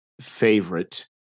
favorite